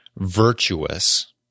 virtuous